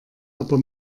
aber